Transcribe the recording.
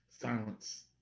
Silence